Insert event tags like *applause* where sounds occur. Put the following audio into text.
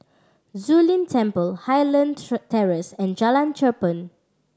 Zu Lin Temple Highland *unintelligible* Terrace and Jalan Cherpen